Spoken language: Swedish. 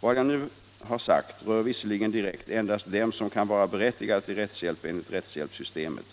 Vad jag nu har sagt rör visserligen direkt endast dem som kan vara berättigade till rättshjälp enligt rättshjälpssystemet.